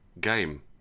game